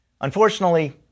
Unfortunately